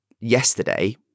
yesterday